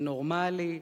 זה נורמלי,